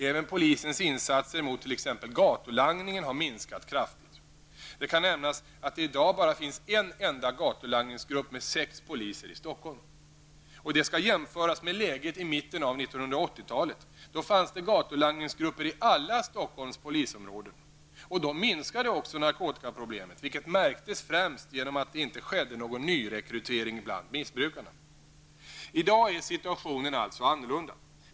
Även polisens insatser mot t.ex. gatulangningen har minskat kraftigt. Det kan nämnas att det i dag bara finns en enda gatulangningsgrupp med sex poliser i Stockholm. Detta skall jämföras med läget i mitten av 1980 talet. Då fanns det gatulangningsgrupper i alla Stockholms polisområden. Då minskade också narkotikaproblemet, vilket märktes främst genom att det inte skedde någon nyrekrytering bland missbrukarna. I dag är situationen alltså annorlunda.